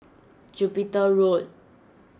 Jupiter Road